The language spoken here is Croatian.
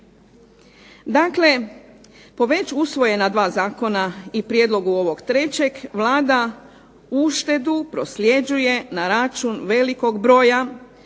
Dakle po već usvojena dva zakona i prijedlogu ovog trećeg, Vlada uštedu prosljeđuje na račun velikog broja